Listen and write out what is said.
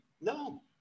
No